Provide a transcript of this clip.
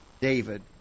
David